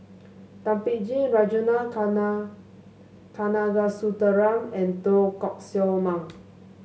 Thum Ping Tjin Ragunathar Kanagasuntheram and Teo Koh Sock Mang